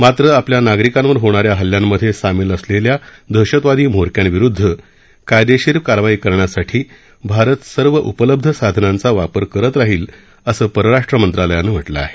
मात्र आपल्या नागरिकांवर होणाऱ्या हल्ल्यामधे सामील असलेल्या दहशतवादी म्होरक्यांविरुद्ध कायदेशीर कारवाई करण्यासाठी भारत सर्व उपलब्ध साधनांचा वापर करत राहील असं परराष्ट्र मंत्रालयानं म्हटलं आहे